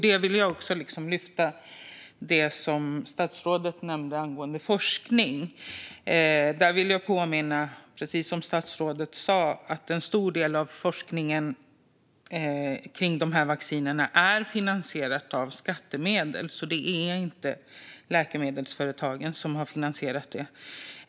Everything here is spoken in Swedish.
Jag vill också lyfta det som statsrådet nämnde angående forskning. Jag vill påminna om att en stor del av forskningen kring vaccinerna, precis som statsrådet sa, är finansierad av skattemedel. Det är inte läkemedelsföretagen som har finansierat den.